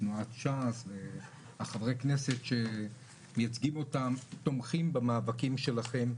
תנועת ש"ס וחברי הכנסת שמייצגים אותם תומכים במאבקים שלכם.